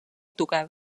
tugev